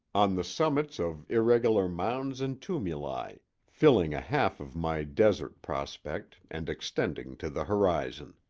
on the summits of irregular mounds and tumuli filling a half of my desert prospect and extending to the horizon.